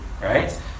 right